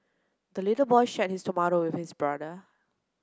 the little boy shared his tomato with his brother